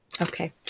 okay